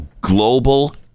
global